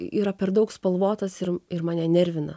yra per daug spalvotas ir ir mane nervina